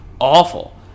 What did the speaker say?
awful